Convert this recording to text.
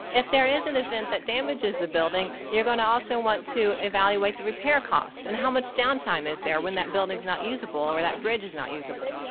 if there is an event that damages the building, you're gonna also want to evaluate the repair costs and how much down time is there when that building is not usable or that bridge is not usable.